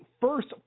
first